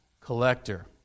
collector